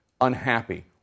unhappy